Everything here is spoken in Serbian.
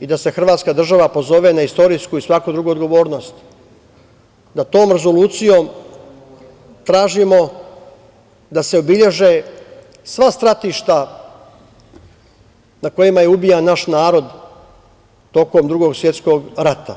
i da se hrvatska država pozove na istorijsku i svaku drugu odgovornost, da tom rezolucijom tražimo da se obeleže sva stratišta na kojima je ubijan naš narod tokom Drugog svetskog rata.